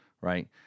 Right